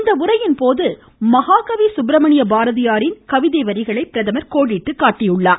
இந்த உரையின் போது மகாகவி சுப்பிரமணிய பாரதியாரின் கவிதை வரிகளை பிரதமர் கோடிட்டு காட்டினார்